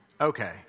Okay